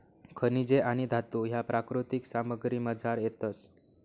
खनिजे आणि धातू ह्या प्राकृतिक सामग्रीमझार येतस